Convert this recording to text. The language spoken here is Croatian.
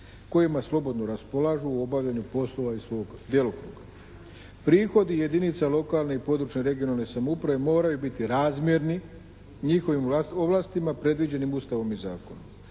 kojima slobodno raspolažu u obavljanju poslova iz svog djelokruga. Prihodi jedinica lokalne i područne (regionalne) samouprave moraju biti razmjerni njihovim ovlastima predviđenim Ustavom i zakonom.